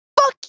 Fuck